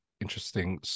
interesting